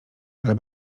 ale